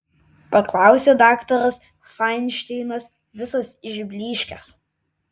paklausė daktaras fainšteinas visas išblyškęs